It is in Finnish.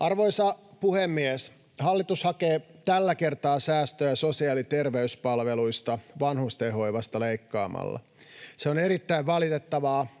Arvoisa puhemies! Hallitus hakee tällä kertaa säästöjä sosiaali- ja terveyspalveluista vanhustenhoivasta leikkaamalla. Se on erittäin valitettavaa,